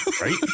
Right